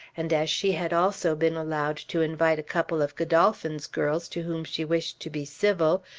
and as she had also been allowed to invite a couple of godolphin's girls to whom she wished to be civil,